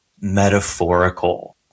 metaphorical